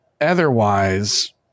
otherwise